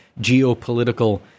geopolitical